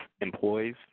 employees